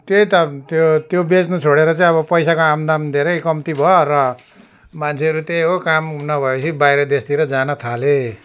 त्यही त त्यो त्यो बेच्नु छोडेर चाहिँ अब पैसाको आमदाम धेरै कम्ती भयो र मान्छेहरू त्यही हो काम नभएपछि बाहिर देशतिर जान थाले